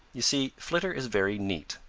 you see, flitter is very neat.